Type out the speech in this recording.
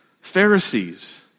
Pharisees